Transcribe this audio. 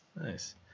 nice